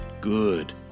Good